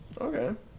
okay